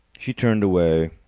she turned away.